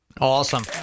Awesome